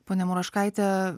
ponia muraškaite